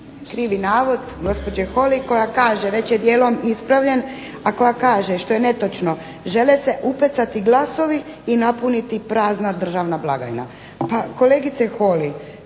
krivi navod gospođe Holy koja kaže, već je dijelom ispravljen, a koja kaže što je netočno, žele se upecati glasovi i napuniti prazna državna blagajna.